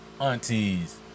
aunties